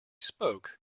spoke